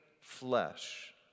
flesh